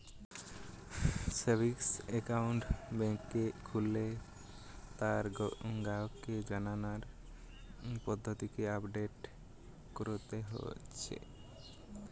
savings account বেংকে খুললে তার গ্রাহককে জানার পদ্ধতিকে আপডেট কোরতে হচ্ছে